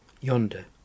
yonder